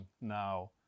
now